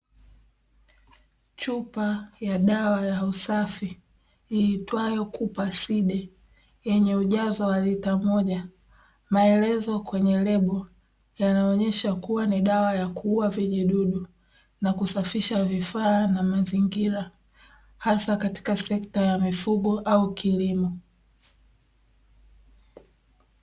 Chupa ya dawa ya usafi iitwayo cooper side yenye ujazo walita moja maelezo kwenye lebo yanaonyesha kuwa ni dawa ya kuua vijidudu na kusafisha vifaa na mazingira hasa katika sekta ya mifugo au kilimo.